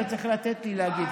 אתה צריך לתת לי להגיב.